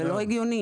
זה לא הגיוני.